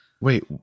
Wait